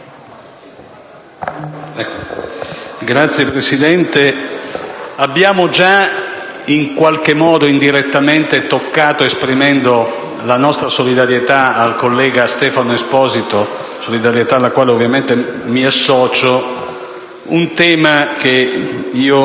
Signor Presidente, abbiamo già in qualche modo indirettamente toccato, esprimendo la nostra solidarietà al collega Stefano Esposito (solidarietà alla quale naturalmente mi associo), un tema che mi